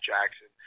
Jackson